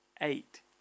eight